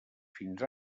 fins